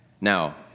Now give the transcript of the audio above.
Now